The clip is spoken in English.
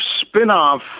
spin-off